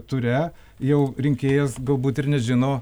ture jau rinkėjas galbūt ir nežino